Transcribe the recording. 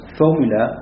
formula